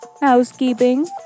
housekeeping